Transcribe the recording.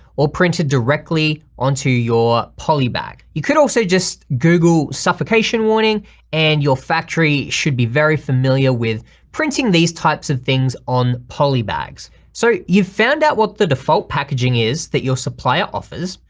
or printed directly onto your poly bag. you could also just google suffocation warning and your factory should be very familiar with printing these types of things on poly bags. so you found out what the default packaging is that your supplier offers,